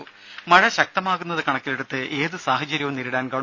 ദേദ മഴ ശക്തമാകുന്നതു കണക്കിലെടുത്ത് ഏതു സാഹചര്യവും നേരിടാൻ ഗവ